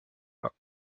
pas